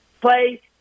play